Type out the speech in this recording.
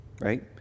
right